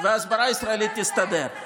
וההסברה הישראלית תסתדר.